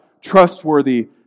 trustworthy